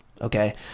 okay